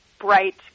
bright